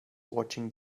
watching